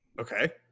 Okay